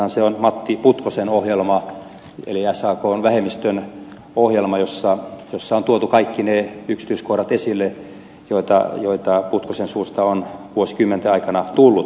tosiasiassahan se on matti putkosen ohjelma eli sakn vähemmistön ohjelma jossa on tuotu kaikki ne yksityiskohdat esille joita putkosen suusta on vuosikymmenten aikana tullut